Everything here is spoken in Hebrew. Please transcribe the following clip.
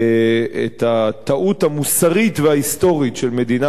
הטעות המוסרית וההיסטורית של מדינת ישראל,